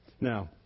Now